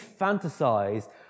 fantasize